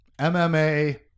MMA